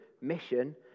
mission